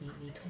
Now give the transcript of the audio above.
you need to